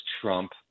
Trump